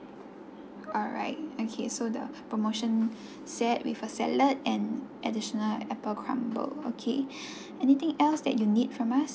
alright okay so the promotion set with a salad and additional apple crumble okay anything else that you need from us